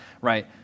right